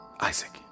Isaac